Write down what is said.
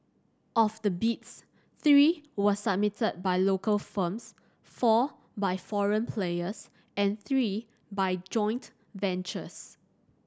of the bids three were submitted by local firms four by foreign players and three by joint ventures